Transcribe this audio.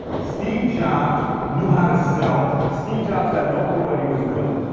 steve jobs knew how to sell. steve jobs had no clue what he was doing.